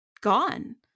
gone